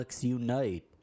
unite